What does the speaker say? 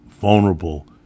vulnerable